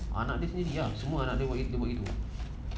anak dia sendiri semua anak dia buat begitu